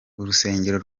urusengero